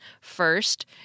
First